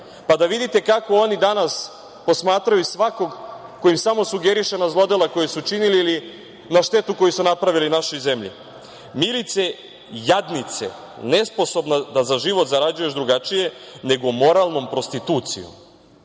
pa da vidite kako oni danas posmatraju svakog ko im samo sugeriše na zlodela koja su činili ili na štetu koju su napravili u našoj zemlji: „Milice, jadnice, nesposobna da za život zarađuješ drugačije, nego moralnom prostitucijom.“Zamislite,